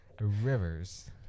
rivers